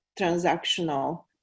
transactional